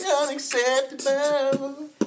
unacceptable